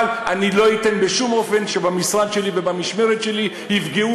אבל אני לא אתן בשום אופן שבמשרד שלי ובמשמרת שלי יפגעו,